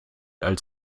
als